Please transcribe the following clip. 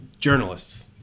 Journalists